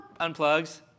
unplugs